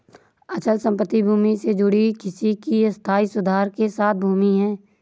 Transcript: अचल संपत्ति भूमि से जुड़ी किसी भी स्थायी सुधार के साथ भूमि है